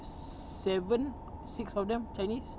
seven six of them chinese